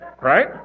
right